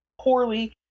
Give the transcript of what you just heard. poorly